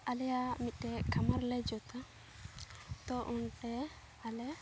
ᱟᱞᱮᱭᱟᱜ ᱢᱤᱫᱴᱮᱱ ᱠᱷᱟᱢᱟᱨ ᱞᱮ ᱡᱩᱛᱟ ᱛᱚ ᱚᱱᱛᱮ ᱟᱞᱮ